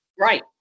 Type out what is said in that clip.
Right